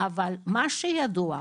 אבל מה שידוע,